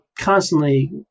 constantly